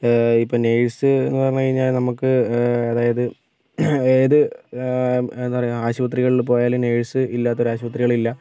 ഇപ്പം നേഴ്സ് എന്ന് പറഞ്ഞു കഴിഞ്ഞാൽ നമുക്ക് അതായത് ഏത് എന്താ പറയുക ആശുപത്രികളിൽ പോയാലും നേഴ്സ് ഇല്ലാത്ത ഒരു ആശുപത്രികള് ഇല്ല